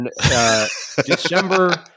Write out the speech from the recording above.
December